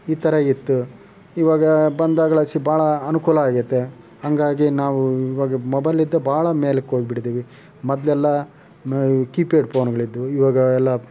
ಈ ಥರ ಇತ್ತು ಇವಾಗ ಬಂದಾಗ್ಲಸಿ ಭಾಳ ಅನುಕೂಲ ಆಗೈತೆ ಹಂಗಾಗಿ ನಾವು ಇವಾಗ ಮೊಬೈಲಿಂದ ಭಾಳ ಮೇಲಕ್ಕೋಗಿಬಿಟ್ಟಿದ್ದೀವಿ ಮೊದಲೆಲ್ಲ ಈ ಕೀ ಪ್ಯಾಡ್ ಪೋನುಗಳಿದ್ವು ಇವಾಗ ಎಲ್ಲ